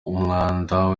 umwanda